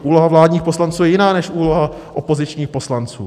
Úloha vládních poslanců je jiná než úloha opozičních poslanců.